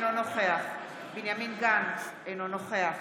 אינו נוכח בנימין גנץ, אינו נוכח